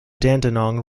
dandenong